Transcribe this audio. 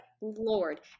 lord